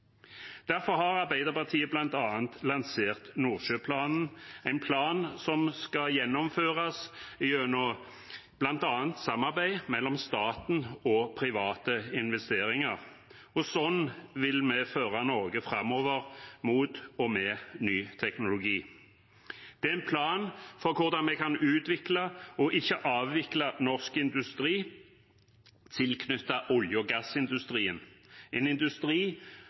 Derfor har Arbeiderpartiet bl.a. lansert Nordsjøplanen, en plan som skal gjennomføres gjennom bl.a. samarbeid mellom staten og private investeringer. Slik vil vi føre Norge framover mot og med ny teknologi. Det er en plan for hvordan vi kan utvikle og ikke avvikle norsk industri tilknyttet olje- og gassindustrien, en industri